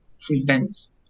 prevents